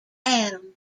adam